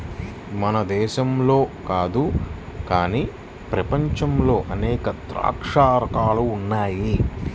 మన దేశంలో కాదు గానీ ప్రపంచంలో అనేక ద్రాక్ష రకాలు ఉన్నాయి